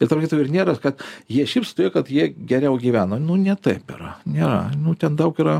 atrodytų ir nėra kad jie šypsosi todėl kad jie geriau gyvena nu ne taip yra ne nu ten daug yra